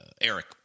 Eric